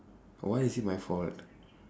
why is it my fault